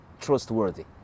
trustworthy